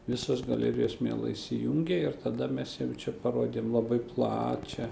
visos galerijos mielai įsijungė ir tada mes jiem čia parodėm labai plačią